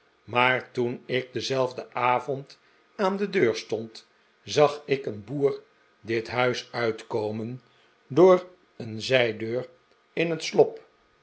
maar toen ik denzelfden avond aan de deur stond zag ik een boer dit huis uitkomen door een zijdeur in het slop